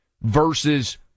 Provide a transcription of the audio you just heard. versus